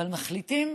אבל מחליטים